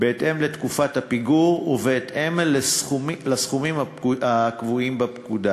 בהתאם לתקופת הפיגור ובהתאם לסכומים הקבועים בפקודה.